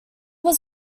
was